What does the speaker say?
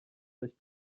recht